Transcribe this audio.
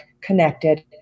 connected